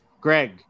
Greg